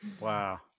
wow